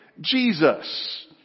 Jesus